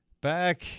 back